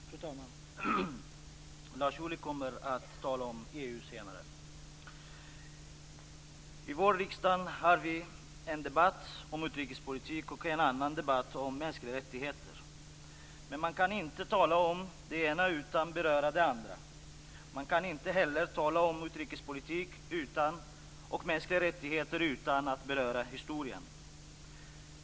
Fru talman! Lars Ohly kommer att tala om EU senare. I vår riksdag har vi en debatt om utrikespolitik och en annan debatt om mänskliga rättigheter. Men man kan inte tala om det ena utan att beröra det andra. Man kan inte heller tala om utrikespolitik och mänskliga rättigheter utan att beröra historien.